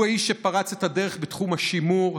הוא האיש שפרץ את הדרך בתחום השימור,